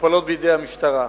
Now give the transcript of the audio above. מטופלות בידי המשטרה.